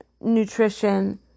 Nutrition